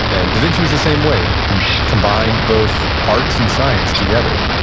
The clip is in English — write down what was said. and da vinci was the same way. he combined both arts and science together